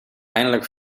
eindelijk